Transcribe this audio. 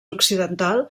occidental